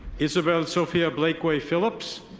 isabelle sophia blakeway-phillips.